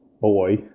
boy